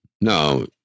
No